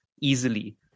easily